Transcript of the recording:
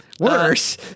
Worse